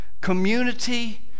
community